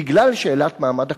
בגלל שאלת מעמד הקרקעות,